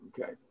okay